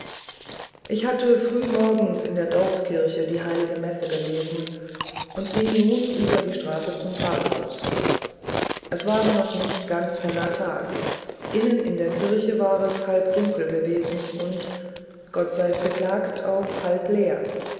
ich hatte frühmorgens in der dorfkirche die heilige messe gelesen und ging nun über die straße zum pfarrhaus es war noch nicht ganz heller tag innen in der kirche war es halbdunkel gewesen und gott sei's geklagt auch halbleer